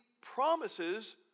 promises